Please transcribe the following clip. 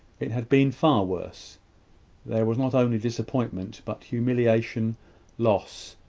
it had been far worse there was not only disappointment, but humiliation loss,